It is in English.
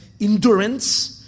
endurance